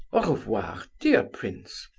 au revoir, dear prince,